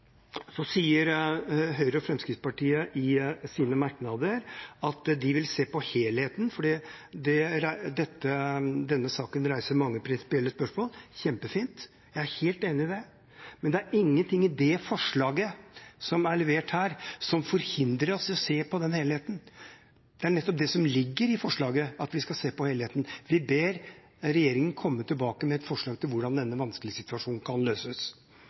Så sier Høyre og Fremskrittspartiet i sine merknader at de vil se på helheten, fordi denne saken reiser mange prinsipielle spørsmål. Det er kjempefint, jeg er helt enig i det, men det er ingenting i det forslaget som er levert her, som forhindrer oss i å se på den helheten. Det er nettopp det som ligger i forslaget, at vi skal se på helheten. Vi ber regjeringen komme tilbake med et forslag til hvordan denne vanskelige situasjonen kan løses.